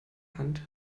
hand